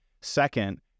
second